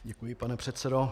Děkuji, pane předsedo.